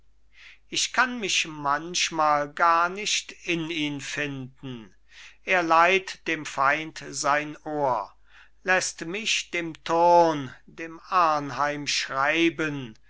ich kann mich manchmal gar nicht in ihn finden er leiht dem feind sein ohr läßt mich dem thurn dem arnheim schreiben